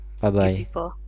Bye-bye